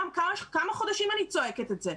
רם, כמה חודשים אני צועקת את זה.